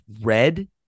red